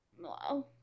Wow